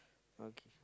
okay